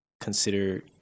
consider